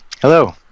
Hello